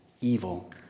evil